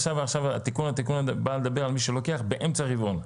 התיקון על תיקון בא לדבר על מי שלוקח באמצע הרבעון?